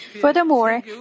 Furthermore